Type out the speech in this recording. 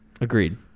Agreed